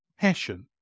passion